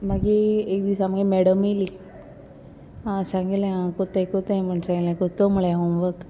मागी एक दिसा मुगे मॅडम येयली आ सांगिलें आं कोत्ताय कोत्ताय म्हूण सांगिलें कोत्तो म्हुळें होमवर्क